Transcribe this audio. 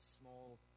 small